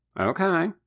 okay